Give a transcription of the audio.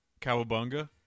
Cowabunga